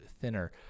thinner